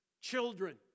children